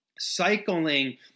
cycling